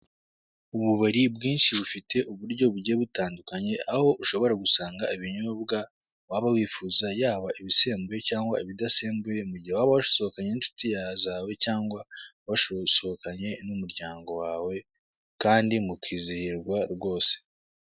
Ububari bwinshi bufite uburyo bugiye butandukanye, aho ushobora gusanga ibinyobwa waba wifuza yaba ibisembuye, cyangwa ibidasembuye mugihe waba wasohokanye n'inshuti zawe, cyangwa wasohokanye n'umuryango wawe kandi mukizihirwa rwose.